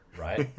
right